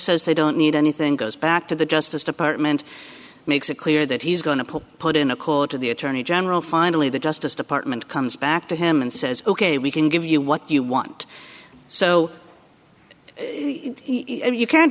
says they don't need anything goes back to the justice department makes it clear that he's going to put put in a call to the attorney general finally the justice department comes back to him and says ok we can give you what you want so you can't